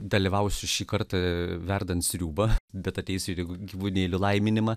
dalyvausiu šį kartą verdant sriubą bet ateis juk gyvūnėlių laiminimu